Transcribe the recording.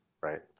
Right